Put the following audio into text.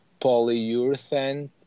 polyurethane